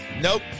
Nope